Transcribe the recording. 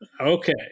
okay